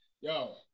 yo